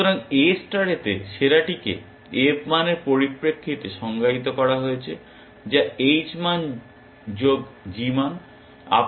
সুতরাং A স্টারেতে সেরাটিকে f মানের পরিপ্রেক্ষিতে সংজ্ঞায়িত করা হয়েছে যা h মান যোগ g মান